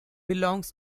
belongs